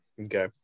okay